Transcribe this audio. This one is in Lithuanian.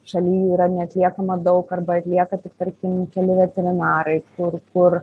šaly yra neatliekama daug arba atlieka tik tarkim keli veterinarai kur kur